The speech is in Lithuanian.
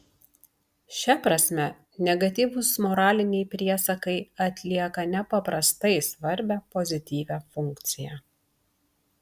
šia prasme negatyvūs moraliniai priesakai atlieka nepaprastai svarbią pozityvią funkciją